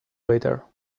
waiter